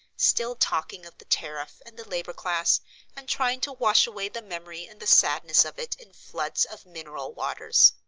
still talking of the tariff and the labour class and trying to wash away the memory and the sadness of it in floods of mineral waters.